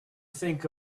think